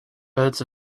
birds